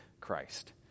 Christ